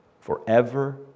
forever